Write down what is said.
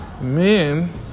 Men